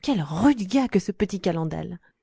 quel rude gars que ce petit